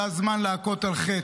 זה הזמן להכות על חטא,